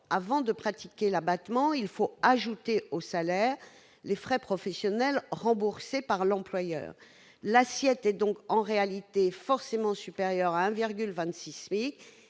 avant de pratiquer l'abattement, il faut ajouter au salaire les frais professionnels remboursés par l'employeur. L'assiette est donc, en réalité, forcément supérieure à 1,26